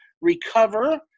recover